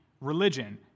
religion